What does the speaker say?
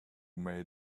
may